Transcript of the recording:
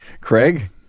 Craig